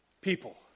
people